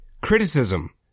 Criticism